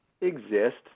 exist